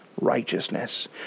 righteousness